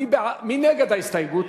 מי נגד ההסתייגות?